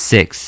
Six